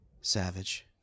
savage